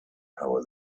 how